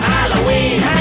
Halloween